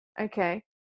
Okay